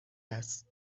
است